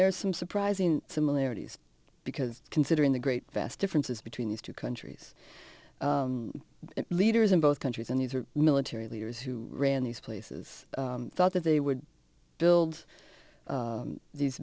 there's some surprising similarities because considering the great vast differences between these two countries leaders in both countries and these are military leaders who ran these places thought that they would build these